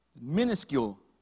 Minuscule